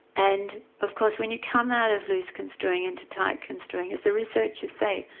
and of course when you come out of loose-construing into tight-construing as the researchers say,